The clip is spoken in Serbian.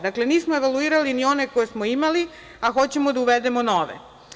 Dakle, nismo evaluirali ni one koje smo imali, a hoćemo da uvedemo nove.